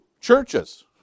churches